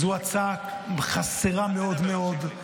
זו הצעה חסרה מאוד מאוד.